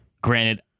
Granted